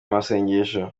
amasengesho